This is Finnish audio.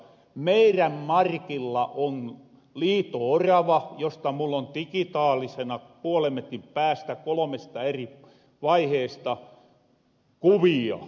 meirän markilla on liito orava josta mull on tikitaalisena puolen metrin päästä kolmesta eri vaiheesta kuvia